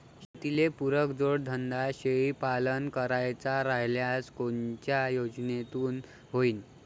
शेतीले पुरक जोडधंदा शेळीपालन करायचा राह्यल्यास कोनच्या योजनेतून होईन?